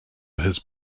his